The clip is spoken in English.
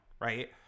Right